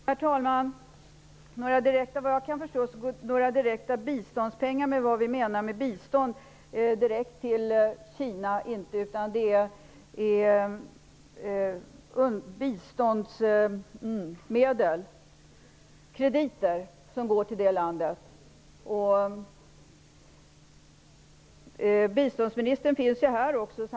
Herr talman! Några direkta biståndspengar går inte till Kina. Det är biståndskrediter som går dit. Biståndsministern finns här.